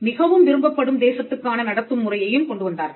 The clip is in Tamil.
மிகவும் விரும்பப்படும் தேசத்துக்கான நடத்தும் முறையையும் கொண்டு வந்தார்கள்